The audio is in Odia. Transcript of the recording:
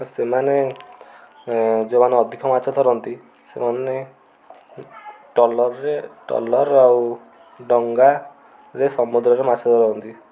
ସେମାନେ ଯେଉଁମାନେ ଅଧିକ ମାଛ ଧରନ୍ତି ସେମାନେ ଟ୍ରଲର୍ରେ ଟ୍ରଲର୍ ଆଉ ଡଙ୍ଗାରେ ସମୁଦ୍ରରେ ମାଛ ଧରନ୍ତି